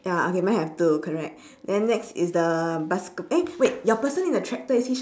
ya okay mine have two correct then next is the baske~ eh wait your person in the tractor is he